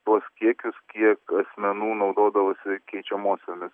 tuos kiekius kiek asmenų naudodavosi keičiamosiomis